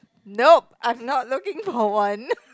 nope I'm not looking for one